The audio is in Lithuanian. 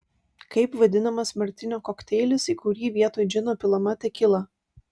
kaip vadinamas martinio kokteilis į kurį vietoj džino pilama tekila